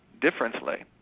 differently